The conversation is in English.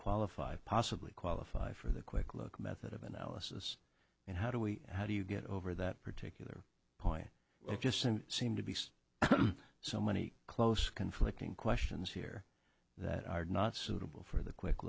qualify possibly qualify for the quick look method of analysis and how do we how do you get over that particular point well just seem to be so many close conflicting questions here that are not suitable for the quick